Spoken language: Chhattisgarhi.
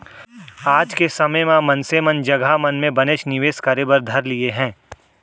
आज के समे म मनसे मन जघा मन म बनेच निवेस करे बर धर लिये हें